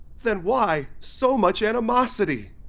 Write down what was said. then why so much animosity?